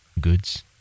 goods